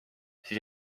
siis